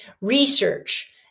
research